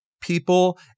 people